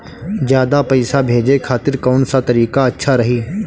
ज्यादा पईसा भेजे खातिर कौन सा तरीका अच्छा रही?